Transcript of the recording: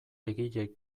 egile